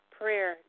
prayer